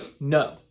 No